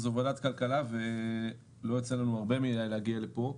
זאת ועדת כלכלה ולא יוצא לנו הרבה מדי להגיע לפה.